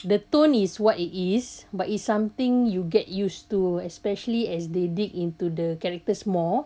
the tone is what it is but it's something you get used to especially as they dig into the characters more